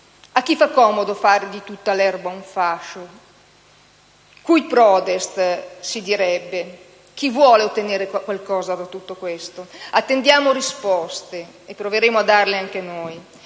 A chi fa comodo far di tutta l'erba un fascio? *Cui prodest*, si direbbe? Chi vuole ottenere qualcosa da tutto questo? Attendiamo risposte e proveremo a darle anche noi.